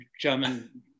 German